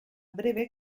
breve